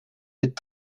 mit